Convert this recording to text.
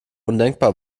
undenkbar